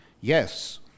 yes